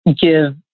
give